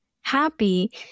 happy